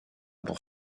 pour